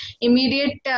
immediate